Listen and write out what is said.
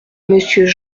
monsieur